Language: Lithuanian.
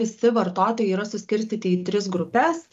visi vartotojai yra suskirstyti į tris grupes